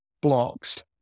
blocks